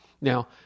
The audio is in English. Now